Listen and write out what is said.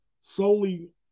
solely